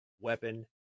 weapon